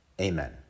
amen